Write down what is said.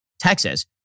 Texas